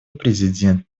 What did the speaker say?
президент